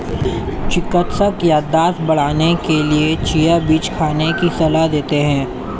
चिकित्सक याददाश्त बढ़ाने के लिए चिया बीज खाने की सलाह देते हैं